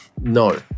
No